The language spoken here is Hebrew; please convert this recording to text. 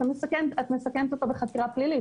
את מסכנת אותו בחקירה פלילית.